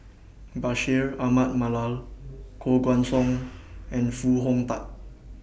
Bashir Ahmad Mallal Koh Guan Song and Foo Hong Tatt